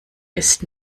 ist